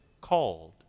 called